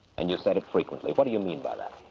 and you've said it frequently. what do you mean by that?